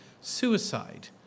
suicide